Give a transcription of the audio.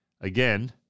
Again